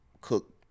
cook